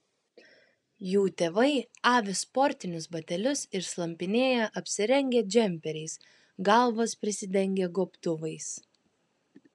jų tėvai avi sportinius batelius ir slampinėja apsirengę džemperiais galvas prisidengę gobtuvais